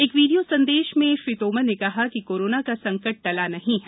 एक वीडियो संदेश में श्री तोमर ने कहा है कि कोरोना का संक ला नहीं है